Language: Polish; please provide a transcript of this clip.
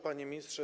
Panie Ministrze!